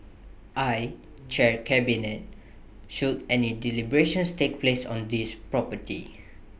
I chair cabinet should any deliberations take place on this property